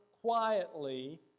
quietly